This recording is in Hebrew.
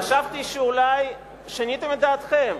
חשבתי שאולי שיניתם את דעתכם,